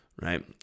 Right